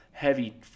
Heavy